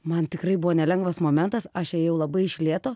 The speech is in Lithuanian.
man tikrai buvo nelengvas momentas aš ėjau labai iš lėto